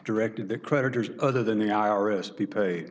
directed the creditors other than the i r s be paid